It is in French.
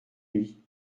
nuit